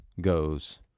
goes